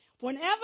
Whenever